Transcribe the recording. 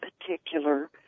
particular